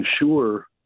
ensure